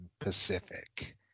Pacific